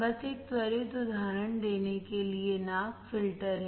बस एक त्वरित उदाहरण देने के लिए नाक फिल्टर है